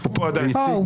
הוא עדיין כאן.